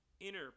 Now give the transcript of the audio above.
Inner